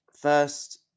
first